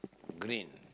green